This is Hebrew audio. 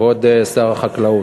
כבוד שר החקלאות,